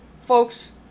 folks